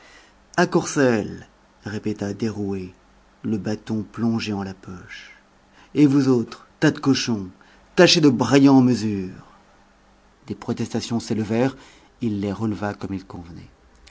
à courcelles répéta derouet le bâton plongé en la poche et vous autres tas de cochons tâchez de brailler en mesure des protestations s'élevèrent il les releva comme il convenait